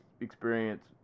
experience